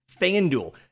FanDuel